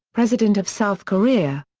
president of south korea.